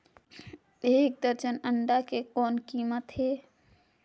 एक दर्जन अंडा के कौन कीमत हे?